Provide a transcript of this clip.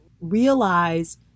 realize